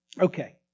Okay